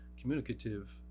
communicative